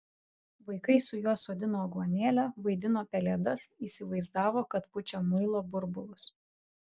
vaikai su juo sodino aguonėlę vaidino pelėdas įsivaizdavo kad pučia muilo burbulus